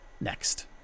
next